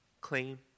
claim